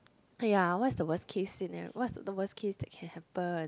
aiya what's the worst case scenario what's the worst case that can happen